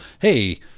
hey